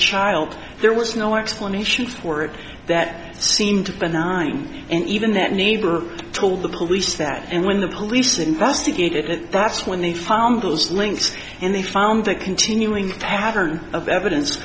child there was no explanation for it that seemed and i and even that neighbor told the police that and when the police investigated it that's when they found those links and they found that continuing pattern of evidence